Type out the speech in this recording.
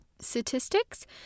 statistics